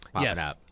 Yes